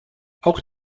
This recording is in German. auch